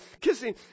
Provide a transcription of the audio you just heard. kissing